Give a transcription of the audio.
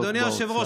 אדוני היושב-ראש,